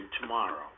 tomorrow